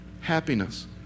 happiness